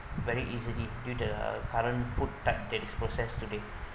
very easily due the current food type that is process today